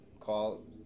Call